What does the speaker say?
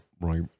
right